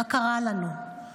מה קרה לנו?